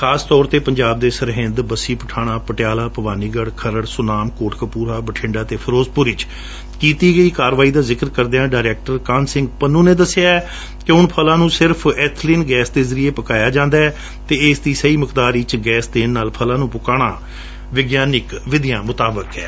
ਖਾਸ ਤੌਰ ਤੇ ਪੰਜਾਬ ਦੇ ਸਰਹਿੰਦ ਬਸੀ ਪਠਾਨਾ ਪਟਿਆਲਾ ਭਵਾਨੀਗੜ ਖਰੜ ਸੁਨਾਮ ਕੋਟਕਪੁਰਾ ਬਠਿੰਡਾ ਅਤੇ ਫਿਰੋਜਪੁਰ ਵਿਚ ਕੀਤੀ ਗਈ ਕਾਰਵਾਈ ਦਾ ਜਿਕਰ ਕਰਦਿਆਂ ਡਾਇਰੈਕਟਰ ਸ਼੍ਰੀ ਕਾਹਨ ਸਿੰਘ ਪੰਨੂ ਨੇ ਦੱਸਿਆ ਕਿ ਹੁਣ ਫਲਾਂ ਨੂੰ ਸਿਰਫ ਐਬਲੀਨ ਗੈਸ ਨਾਲ ਹੀ ਪਕਾਇਆ ਜਾਂਦਾ ਹੈ ਅਤੇ ਇਸ ਦੀ ਸਹੀ ਮਿਕਦਾਰ ਵਿਚ ਗੈਸ ਦੇਸ ਨਾਲ ਫਲਾਂ ਨੂੰ ਪਕਾਉਣਾ ਵਿਗਿਆਨਕ ਵਿਧੀਆਂ ਮੁਤਾਬਕ ਹੈ